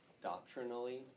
doctrinally